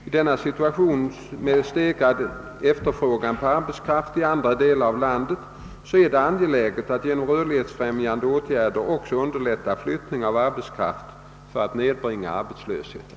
I denna situation med stegrad efterfrågan på arbetskraft i andra delar av landet är det angeläget att genom rörlighetsfrämjande åtgärder också underlätta flyttning av arbetskraft för att nedbringa arbetslösheten.